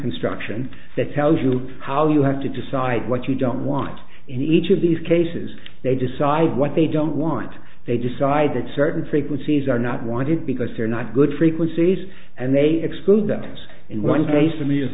construction that tells you how you have to decide what you don't want in each of these cases they decide what they don't want they decide that certain frequencies are not wanted because they're not good frequencies and they exclude others in one case for me as